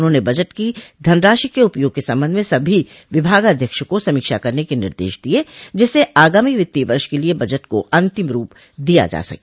उन्होंने बजट की धनराशि के उपयोग के संबंध में सभी विभागाध्यक्षों को समीक्षा करने के निर्देश दिये जिससे आगामी वित्तीय वर्ष के लिए बजट को अंतिम रूप दिया जा सके